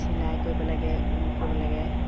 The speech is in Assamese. চিলাই কৰিব লাগে ঊণ কৰিব লাগে